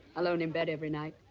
alone in bed every night.